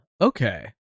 Okay